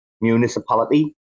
municipality